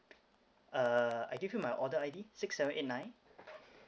uh I give you my order I_D six seven eight nine